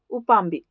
ꯎꯄꯥꯝꯕꯤ